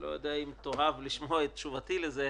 אני לא יודע אם תאהב לשמוע את תשובתי לזה,